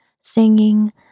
singing